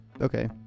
Okay